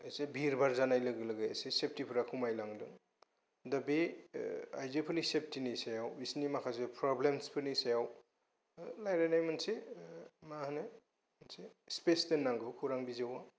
एसे भिर भार जानाय लोगो लोगो एसे सेफटिफोरा खमायलाङो दा आइजोफोरनि सेफटिनि सायाव बिसोरनि माखासे प्रब्लेम्सफोरनि सायाव ओरैनो मोनसे माने स्पेस दोननांगौ खौरां बिजोङाव